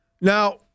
Now